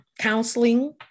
counseling